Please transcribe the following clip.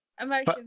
emotions